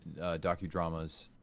docudramas